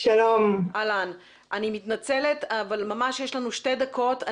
אני מתנצלת, אבל ממש יש לנו שתי דקות.